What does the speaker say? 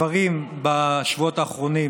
בשבועות האחרונים